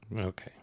Okay